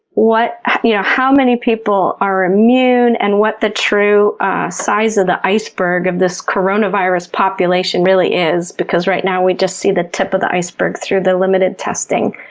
how you know how many people are immune and what the true size of the iceberg of this coronavirus population really is. because, right now we just see the tip of the iceberg through the limited testing.